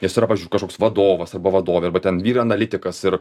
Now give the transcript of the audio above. nes yra pavyzdžiui kažkoks vadovas arba vadovė arba ten vyr analitikas ir